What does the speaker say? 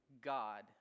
God